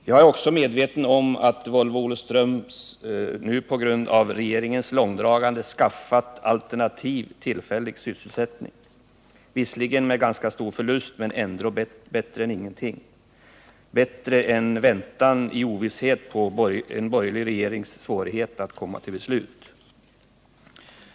Jag är också medveten om att Volvo Olofström på grund av regeringens långdragande skaffat alternativ tillfällig sysselsättning, visserligen med ganska stor förlust men det är ändå bättre än ingenting — och bättre än väntan i ovisshet under en borgerlig regerings svårigheter att komma till beslut.